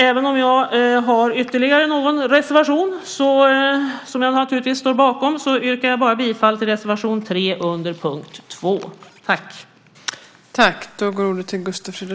Även om jag har ytterligare någon reservation som jag naturligtvis står bakom yrkar jag bara bifall till reservation 3 under punkt 2.